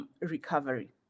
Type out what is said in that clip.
recovery